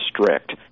strict